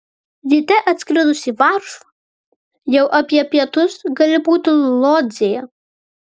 ryte atskridus į varšuvą jau apie pietus gali būti lodzėje